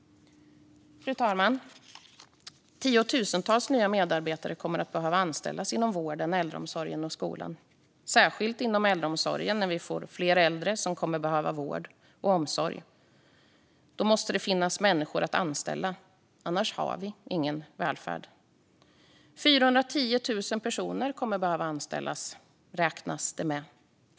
Fru talman! Tiotusentals nya medarbetare kommer att behöva anställas inom vården, äldreomsorgen och skolan. Särskilt gäller det äldreomsorgen, eftersom vi får fler äldre som kommer att behöva vård och omsorg. Då måste det finnas människor att anställa, annars har vi ingen välfärd. Man räknar med att 410 000 personer kommer att behöva anställas.